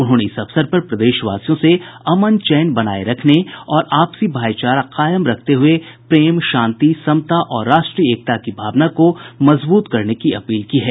उन्होंने इस अवसर पर प्रदेशवासियों से अमन चैन बनाये रखने और आपसी भाइचारा कायम रखते हुए प्रेम शांति समता और राष्ट्रीय एकता की भावना को मजबूत करने की अपील की है